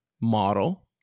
model